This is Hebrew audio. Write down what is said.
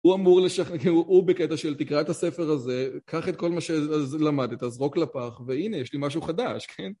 הוא אמור לשכנע... הוא בקטע של תקרא את הספר הזה, קח את כל מה שלמדת, זרוק לפח, והנה, יש לי משהו חדש. כן?